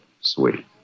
Sweet